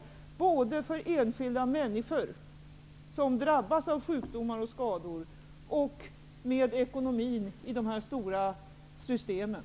Det gäller både enskilda människor, som drabbas av sjukdomar och skador, och ekonomin i de stora systemen.